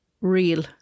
real